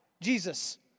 Jesus